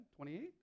28